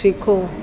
सिखो